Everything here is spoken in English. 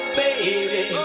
baby